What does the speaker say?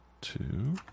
two